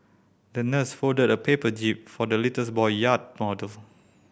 the nurse folded a paper jib for the little boy yacht model